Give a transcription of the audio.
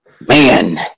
Man